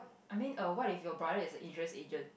I mean err what if your brother is an insurance agent